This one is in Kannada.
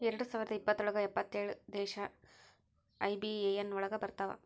ಎರಡ್ ಸಾವಿರದ ಇಪ್ಪತ್ರೊಳಗ ಎಪ್ಪತ್ತೇಳು ದೇಶ ಐ.ಬಿ.ಎ.ಎನ್ ಒಳಗ ಬರತಾವ